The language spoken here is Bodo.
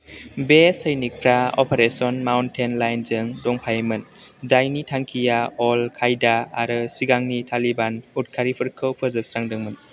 बे सैनिकफ्रा अपारेशन माउन्टैन लायनजों दंफायोमोन जायनि थांखिया अलकायदा आरो सिगांनि तालिबान उदखारिफोरखौ फोजोबस्रांदोंमोन